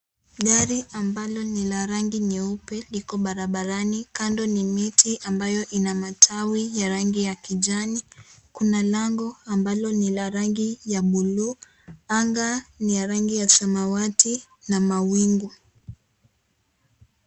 Gari ambalo ni la rangi nyeupe ambalo liko barabarani, kando ni miti ambayo ina matawi ya rangi ya kijani. Kuna lango ambalo ni la rangi ya buluu, anga ni ya rangi ya samawati na mawingu.